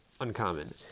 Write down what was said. uncommon